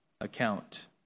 account